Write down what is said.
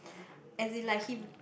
as in like him